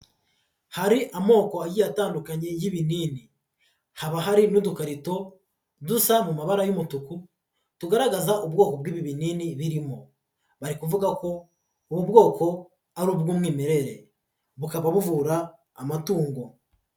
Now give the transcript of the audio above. Hari amoko agiye atandukanye y'ibinini, haba hari n'udukarito dusa mu mabara y'umutuku, tugaragaza ubwoko bw'ibi binini birimo, bari kuvuga ko ubu bwoko ari ubw'umwimerere, bukaba buvura amatungo.